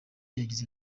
yagize